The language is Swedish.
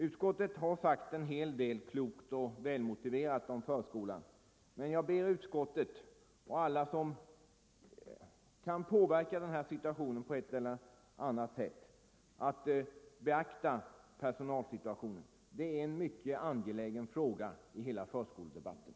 Utskottet har sagt en hel del klokt och välmotiverat om förskolan, men jag ber utskottet och alla andra som kan påverka den här situationen på ett eller annat sätt att beakta personalsituationen. Det är en mycket angelägen fråga i hela förskoledebatten.